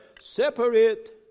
separate